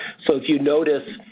so if you notice